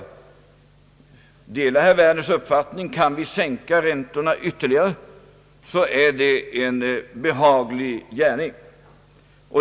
Jag delar herr Werners uppfattning att om vi kan sänka räntorna ytterligare så är det en behaglig gärning.